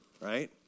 right